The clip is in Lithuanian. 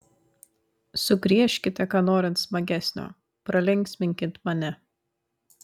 sugriežkite ką norint smagesnio pralinksminkit mane